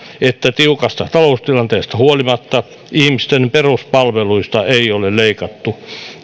että tiukasta taloustilanteesta huolimatta ihmisten peruspalveluista ei ole leikattu